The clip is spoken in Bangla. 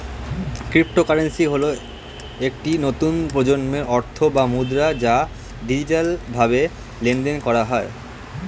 ক্রিপ্টোকারেন্সি হল একটি নতুন প্রজন্মের অর্থ বা মুদ্রা যা ডিজিটালভাবে লেনদেন করা হয়